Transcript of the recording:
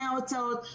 מההוצאות,